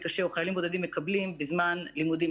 קשה או חיילים בודדים מקבלים בזמן לימודים,